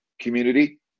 community